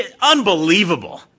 unbelievable